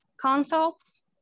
consults